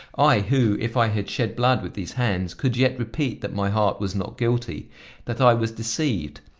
i, who, if i had shed blood with these hands, could yet repeat that my heart was not guilty that i was deceived,